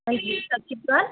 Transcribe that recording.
ਹਾਂਜੀ ਸਤਿ ਸ਼੍ਰੀ ਅਕਾਲ